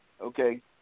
Okay